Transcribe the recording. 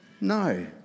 No